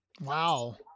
Wow